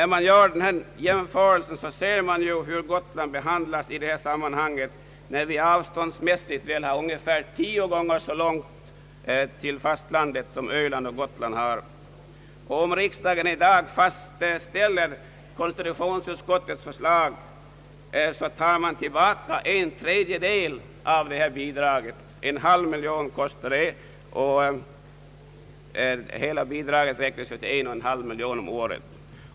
När man gör denna jämförelse, ser man ju hur Gotland behandlas i detta sammanhang, när vi har minst tio gånger så Jångt till fastlandet som Öland har. Om riksdagen i dag godkänner bevillningsutskottets förslag tar man nu tillbaka en tredjedel av detta bidrag, alltså en halv miljon kronor eftersom hela bidraget var 1,5 miljoner om året.